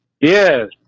Yes